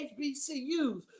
HBCUs